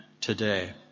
today